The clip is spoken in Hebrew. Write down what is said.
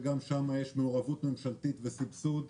שגם שם יש מעורבות ממשלתית וסבסוד.